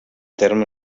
terme